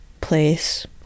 place